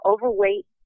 Overweight